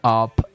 up